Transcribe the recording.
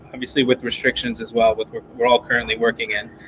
obviously with restrictions as well with what we're all currently working in,